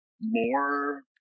more